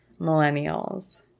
millennials